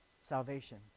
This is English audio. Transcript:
salvation